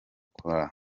kora